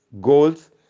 goals